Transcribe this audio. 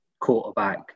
quarterback